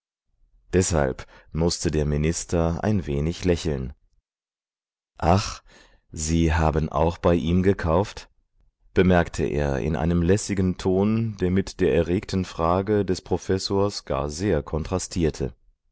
deshalb mußte der minister ein wenig lächeln ach sie haben auch bei ihm gekauft bemerkte er in einem lässigen ton der mit der erregten frage des professors gar sehr kontrastierte